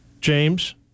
James